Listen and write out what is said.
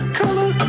color